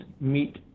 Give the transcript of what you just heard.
meet